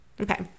Okay